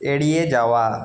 এড়িয়ে যাওয়া